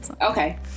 Okay